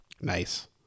Nice